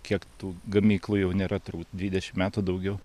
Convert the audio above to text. kiek tų gamyklų jau nėra turbūt dvidešim metų daugiau